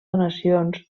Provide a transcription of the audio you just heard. donacions